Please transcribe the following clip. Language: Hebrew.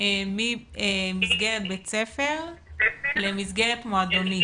ממסגרת בית ספר למסגרת מועדונית.